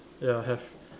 ya have